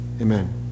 Amen